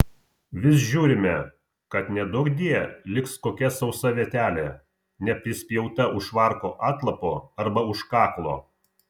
vis žiūrime kad neduokdie liks kokia sausa vietelė neprispjauta už švarko atlapo arba už kaklo